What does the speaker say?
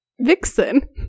Vixen